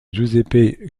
giuseppe